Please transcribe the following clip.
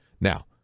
Now